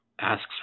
asks